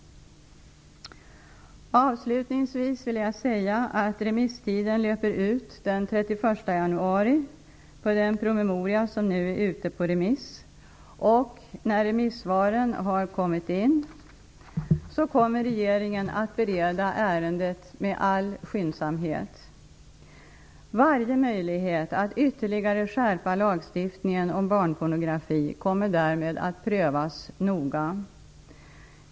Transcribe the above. Avslutningsvis vill jag säga att remisstiden löper ut den 31 januari för den promemoria som nu är ute på remiss, och när remissvaren har kommit in kommer regeringen att bereda ärendet med all skyndsamhet. Varje möjlighet att ytterligare skärpa lagstiftningen om barnpornografi kommer därmed att prövas noga.